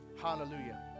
Hallelujah